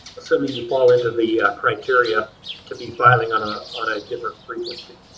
assuming you fall into the criteria to be filing on ah on a different frequency.